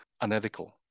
unethical